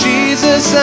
Jesus